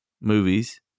movies